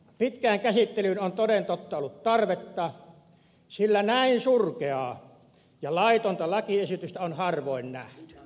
pitkään käsittelyyn on toden totta ollut tarvetta sillä näin surkeaa ja laitonta lakiesitystä on harvoin nähty